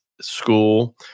school